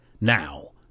Now